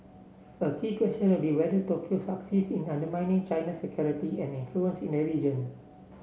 a key question would be whether Tokyo succeeds in undermining China's security and influence in the region